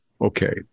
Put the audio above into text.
Okay